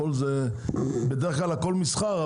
בדרך כלל הכול מסחר,